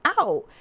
out